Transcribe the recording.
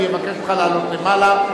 אני אבקש ממך לעלות למעלה,